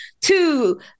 Two